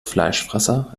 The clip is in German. fleischfresser